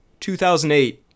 2008